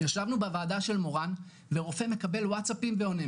ישבנו בוועדה של מורן ורופא מקבל ווטסאפים ועונה,